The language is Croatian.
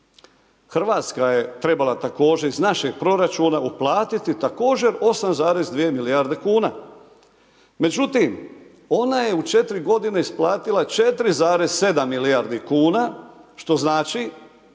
Hrvatska je trebala također iz našeg proračuna uplatiti također 8,2 milijarde kuna. Međutim ona je u 4 godine isplatila 4,7 milijardi kuna što znači